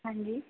ਹਾਂਜੀ